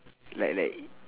like like